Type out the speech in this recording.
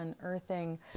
unearthing